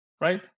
right